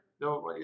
No